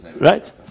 Right